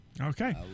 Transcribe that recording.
Okay